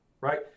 right